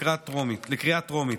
לקריאה טרומית.